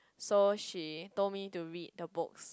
so she told me to read the books